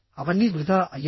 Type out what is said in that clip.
కాబట్టిఅవన్నీ వృధా అయ్యాయి